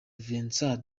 vincent